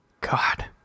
God